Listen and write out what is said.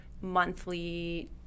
monthly